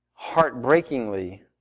heartbreakingly